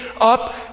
up